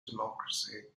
democracy